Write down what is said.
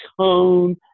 tone